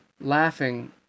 Laughing